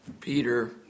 Peter